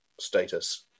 status